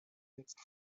jetzt